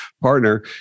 partner